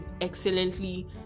excellently